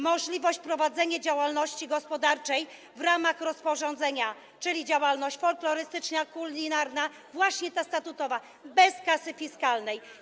Możliwość prowadzenia działalności gospodarczej w ramach rozporządzenia, czyli działalności folklorystycznej, kulinarnej, właśnie tej statutowej, bez kasy fiskalnej.